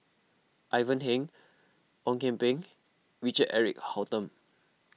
Ivan Heng Ong Kian Peng Richard Eric Holttum